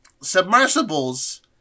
Submersibles